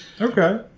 Okay